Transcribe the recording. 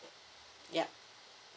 yup